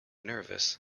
nervous